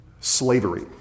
slavery